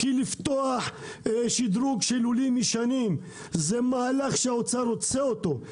כי לפתוח שדרוג של לולים ישנים זה מהלך שהאוצר רוצה אותו,